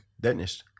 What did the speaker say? Dennis